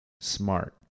smart